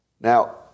Now